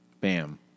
Bam